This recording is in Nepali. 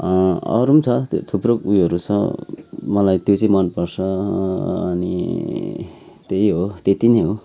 अरू पनि छ थुप्रो उयोहरू छ मलाई त्यो चाहिँ मनपर्छ अनि त्यही हो त्यति नै हो